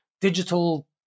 digital